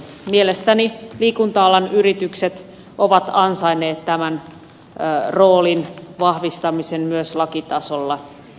mielestäni liikunta alan yritykset ovat ansainneet tämän roolin vahvistamisen myös lakitasolla